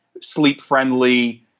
sleep-friendly